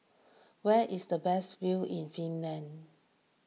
where is the best view in Finland